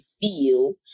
feel